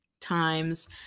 times